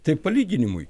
tai palyginimui